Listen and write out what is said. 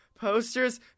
posters